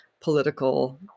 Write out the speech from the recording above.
political